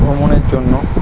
ভ্রমণের জন্য